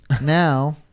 now